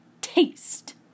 taste